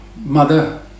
mother